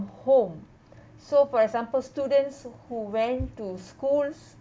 home so for example students who went to schools